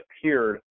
appeared